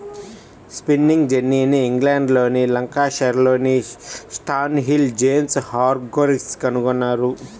spinning జెన్నీని ఇంగ్లండ్లోని లంకాషైర్లోని స్టాన్హిల్ జేమ్స్ హార్గ్రీవ్స్ కనుగొన్నారు